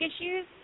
issues